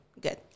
Good